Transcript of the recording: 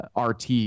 RT